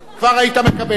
כבר היית מקבל אותה.